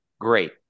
great